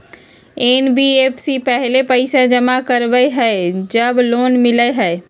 NBFC पहले पईसा जमा करवहई जब लोन मिलहई?